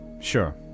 Sure